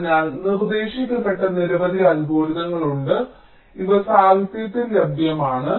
അതിനാൽ നിർദ്ദേശിക്കപ്പെട്ട നിരവധി അൽഗോരിതങ്ങൾ ഉണ്ട് ഇവ സാഹിത്യത്തിൽ ലഭ്യമാണ്